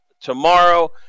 tomorrow